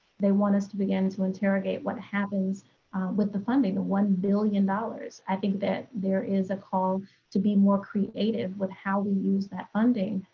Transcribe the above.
they want us to begin to interrogate what happens with the funding, one billion dollars. i think that there is a call to be more creative with how we use that funding,